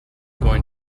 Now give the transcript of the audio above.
going